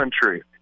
country